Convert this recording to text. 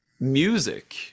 music